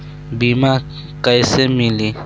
बीमा कैसे मिली?